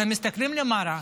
אתם מסתכלים במראה,